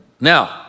Now